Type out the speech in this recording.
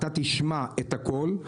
אתה תשמע את הכול,